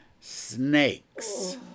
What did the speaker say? snakes